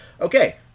okay